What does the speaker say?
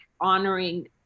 honoring